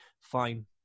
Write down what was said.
fine